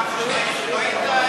אינו נוכח דניאל עטר,